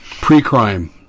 Pre-crime